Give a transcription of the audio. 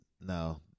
no